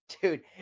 Dude